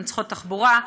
צריכות תחבורה.